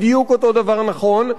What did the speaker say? בדיוק אותו דבר נכון,